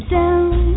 down